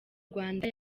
rwanda